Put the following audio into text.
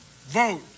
vote